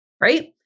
right